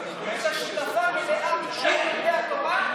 במשך הדורות הייתה שותפה מלאה של לומדי התורה,